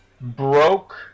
broke